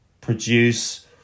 produce